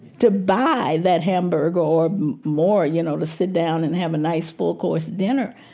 to buy that hamburger or more, you know, to sit down and have a nice four course dinner,